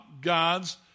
God's